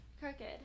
crooked